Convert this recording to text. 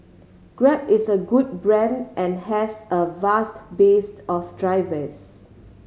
Grab is a good brand and has a vast based of drivers